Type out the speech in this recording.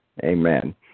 Amen